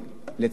לצערי,